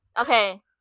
Okay